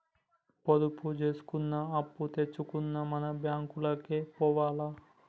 పొదుపు జేసుకున్నా, అప్పుదెచ్చుకున్నా మన బాంకులకే పోవాల